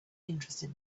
interested